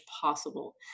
possible